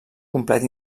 complet